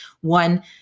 one